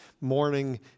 morning